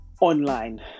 online